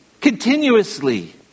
Continuously